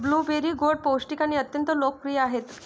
blueberry गोड, पौष्टिक आणि अत्यंत लोकप्रिय आहेत